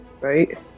right